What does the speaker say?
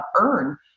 earn